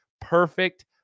perfect